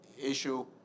issue